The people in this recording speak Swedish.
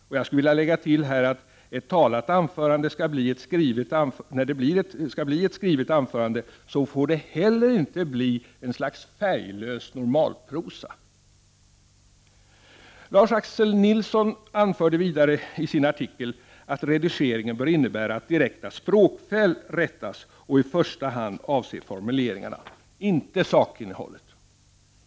Och jag skulle vilja lägga till, att när ett talat anförande skall bli ett skrivet anförande, får det inte heller bli något slags färglös normalprosa. Lars Axel Nilsson anförde vidare i sin artikel att redigeringen bör innebära att direkta språkfel rättas och i första hand avse formuleringarna, inte sakinnehållet.